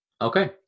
okay